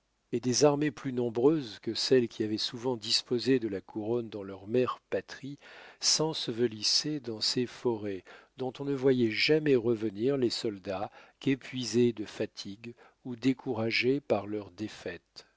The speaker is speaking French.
et des armées plus nombreuses que celles qui avaient souvent disposé de la couronne dans leurs mères patries s'ensevelissaient dans ces forêts dont on ne voyait jamais revenir les soldats qu'épuisés de fatigue ou découragés par leurs défaites